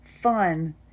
fun